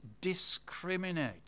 discriminate